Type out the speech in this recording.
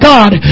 God